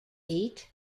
eight